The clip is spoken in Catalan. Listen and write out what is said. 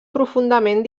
profundament